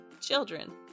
children